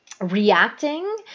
reacting